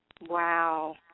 Wow